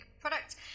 products